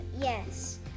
Yes